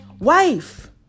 Wife